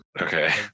Okay